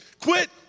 Quit